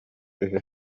үһү